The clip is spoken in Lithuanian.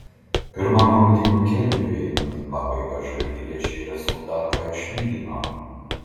pirmam rungtynių kėliniui einant į pabaigą žalgiriečiai rezultatą išlygino